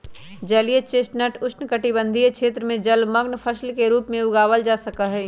जलीय चेस्टनट उष्णकटिबंध क्षेत्र में जलमंग्न फसल के रूप में उगावल जा सका हई